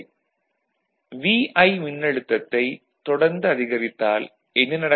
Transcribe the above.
Vi மின்னழுத்தத்தைத் தொடர்ந்து அதிகரித்தால் என்ன நடக்கும்